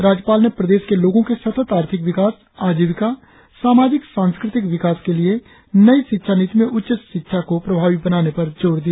राज्यपाल ने प्रदेश के लोगों के सतत आर्थिक विकास आजीविकासामाजिक सांस्कृतिक विकास के लिए नई शिक्षा नीति में उच्च शिक्षा को प्रभावी बनाने पर जोर दिया